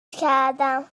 کردم